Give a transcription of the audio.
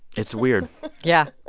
it's weird yeah.